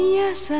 yes